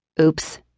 Oops